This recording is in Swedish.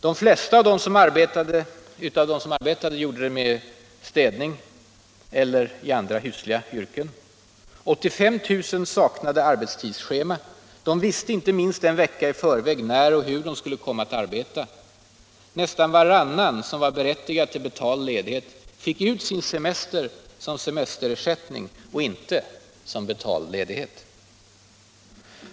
De flesta av dem som arbetade gjorde det med städning eller genom att utföra andra husliga göromål. 85 000 saknade arbetstidsschema: de visste inte minst en vecka i förväg när och hur de skulle komma att arbeta. Nästan varannan som var berättigad till betald ledighet fick ut sin semester som semesterersättning och inte som betald ledighet.